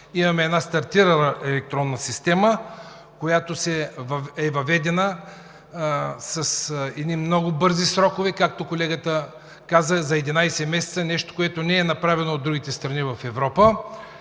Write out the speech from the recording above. имаме стартирала електронна система, която е въведена с едни много бързи срокове, както каза колегата, за 11 месеца – нещо, което не е направено от другите страни в Европа.